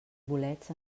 bolets